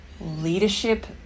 leadership